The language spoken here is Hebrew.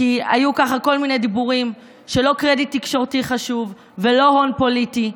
כי היו כל מיני דיבורים על כך שלא קרדיט תקשורתי חשוב ולא הון פוליטי,